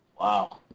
Wow